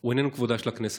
הוא איננו כבודה של הכנסת.